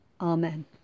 Amen